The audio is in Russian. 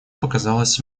показалась